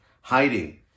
hiding